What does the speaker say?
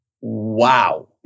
Wow